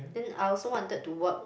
then I also wanted to work